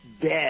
dead